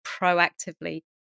proactively